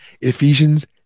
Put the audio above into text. Ephesians